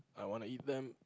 I want to eat them